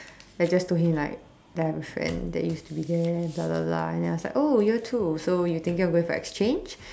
I just told him like that I have a friend that used to be there blah blah blah and then I was like oh year two so you thinking of going for exchange